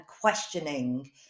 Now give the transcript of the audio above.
questioning